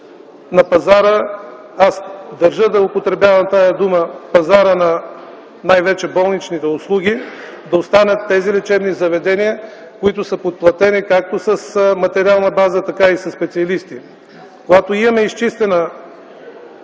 на пазара – държа да употребявам израза „пазар на болнични услуги”, да останат тези лечебни заведения, които са подплатени както с материална база, така и със специалисти. Ако има изчистена